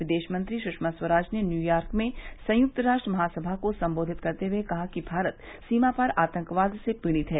विदेश मंत्री सुषमा स्वराज ने न्यूयॉर्क में संयुक्त राष्ट्र महासमा को संबोधित करते हुए कहा कि भारत सीमापार आतंकवाद से पीड़ित है